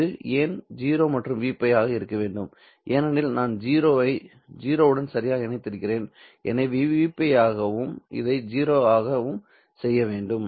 அது ஏன் 0 மற்றும் Vπ ஆக இருக்க வேண்டும் ஏனெனில் நான் 0 ஐ 0 உடன் சரியாக இணைத்திருக்கிறேன் எனவே இதை Vπ ஆகவும் இதை 0 ஆகவும் செய்ய வேண்டும்